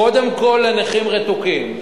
קודם כול לנכים רתוקים.